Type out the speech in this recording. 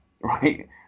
right